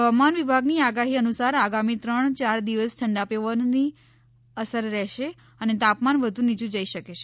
હવામાન વિભાગની આગાહી અનુસાર આગામી ત્રણ ચાર દિવસ ઠંડા પવનની અસર રહેશે અને તાપમાન વધુ નીયું જઈ શકે છે